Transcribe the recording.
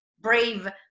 brave